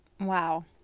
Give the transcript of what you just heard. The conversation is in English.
Wow